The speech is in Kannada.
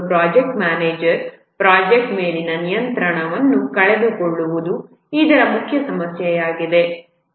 ಪ್ರಾಜೆಕ್ಟ್ ಮ್ಯಾನೇಜರ್ ಪ್ರಾಜೆಕ್ಟ್ ಮೇಲಿನ ನಿಯಂತ್ರಣವನ್ನು ಕಳೆದುಕೊಳ್ಳುವುದು ಇದರ ಮುಖ್ಯ ಸಮಸ್ಯೆಯಾಗಿದೆ